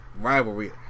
rivalry